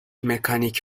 مکانیک